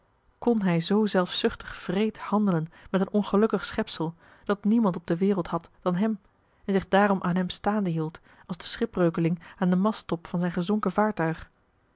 kon hij zoo zelfzuchtig wreed handelen met een ongelukkig schepsel dat niemand op de wereld had dan hem en zich daarom aan hem staande hield als de schipbreukeling aan den masttop van zijn gezonken vaartuig